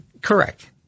Correct